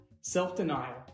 Self-denial